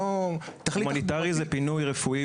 הומניטרי זה פינוי רפואי,